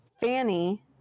Fanny